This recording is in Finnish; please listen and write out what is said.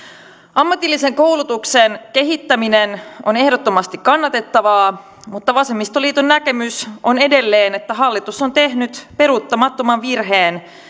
ammatillisen koulutuksen kehittäminen on ehdottomasti kannatettavaa mutta vasemmistoliiton näkemys on edelleen että hallitus on tehnyt peruuttamattoman virheen